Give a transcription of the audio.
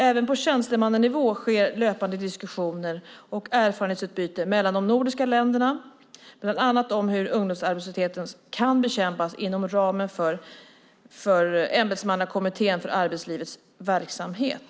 Även på tjänstemannanivå sker löpande diskussioner och erfarenhetsutbyte mellan de nordiska länderna bland annat om hur ungdomsarbetslösheten kan bekämpas inom ramen för Ämbetsmannakommittén för arbetslivs verksamhet.